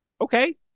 Okay